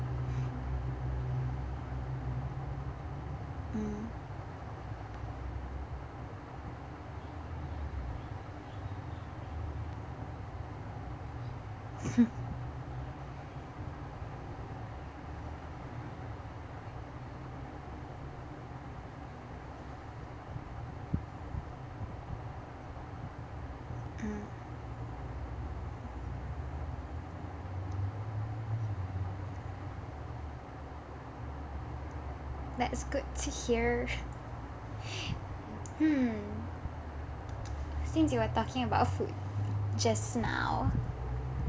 mm mm that's good to hear hmm since you are talking about food just now